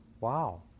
Wow